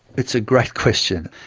it's a great question.